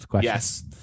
Yes